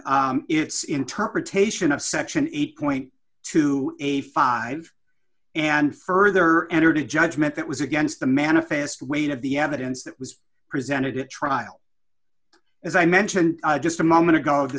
its interpretation of section eight dollars a five and further entered a judgment that was against the manifest weight of the evidence that was presented at trial as i mentioned just a moment ago the